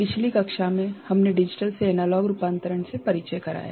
पिछली कक्षा में हमने डिजिटल से एनालॉग रूपांतरण से परिचय कराया